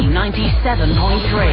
97.3